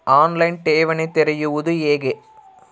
On line ಠೇವಣಿ ತೆರೆಯುವುದು ಹೇಗೆ?